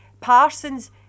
Parsons